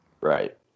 Right